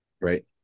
right